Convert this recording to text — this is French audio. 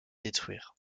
détruire